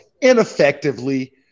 ineffectively